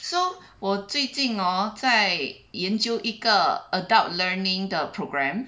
so 我最近 hor 在研究一个 adult learning 的 program